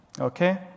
Okay